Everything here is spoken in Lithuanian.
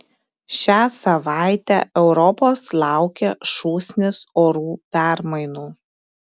šią savaitę europos laukia šūsnis orų permainų